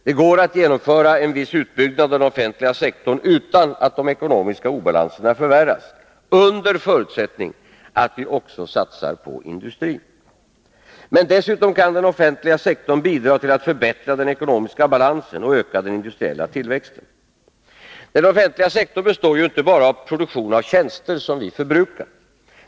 Det går att genomföra en viss utbyggnad av den offentliga sektorn utan att de ekonomiska obalanserna förvärras — under förutsättning att vi också satsar på industrin. Men dessutom kan den offentliga sektorn bidra till att förbättra den ekonomiska balansen och öka den industriella tillväxten. Den offentliga sektorn består inte bara av produktion av tjänster som vi förbrukar.